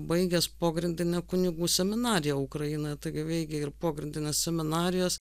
baigęs pogrindinę kunigų seminariją ukrainoj taigi veikė ir pogrindinės seminarijos